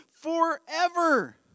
forever